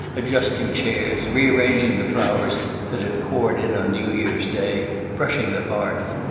adjusting chairs, rearranging the flowers that had poured in on new-year's day, brushing the hearth.